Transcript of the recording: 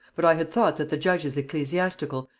but i had thought that the judges ecclesiastical,